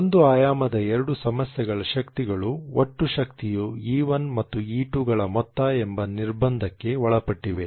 ಒಂದು ಆಯಾಮದ ಎರಡು ಸಮಸ್ಯೆಗಳ ಶಕ್ತಿಗಳು ಒಟ್ಟು ಶಕ್ತಿಯು E1 ಮತ್ತು E2 ಗಳ ಮೊತ್ತ ಎಂಬ ನಿರ್ಬಂಧಕ್ಕೆ ಒಳಪಟ್ಟಿವೆ